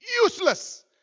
Useless